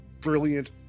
brilliant